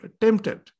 tempted